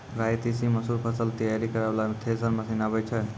राई तीसी मसूर फसल तैयारी करै वाला थेसर मसीन आबै छै?